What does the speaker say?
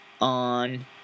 on